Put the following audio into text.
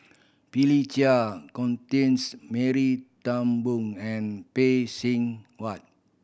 Philip Chia Constance Mary Turnbull and Phay Seng Whatt